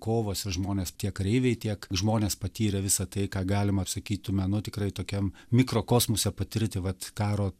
kovos ir žmonės tie kareiviai tiek žmonės patyrę visą tai ką galima sakytume nuo tikrai tokiam mikrokosmose patirti vat karo